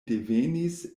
devenis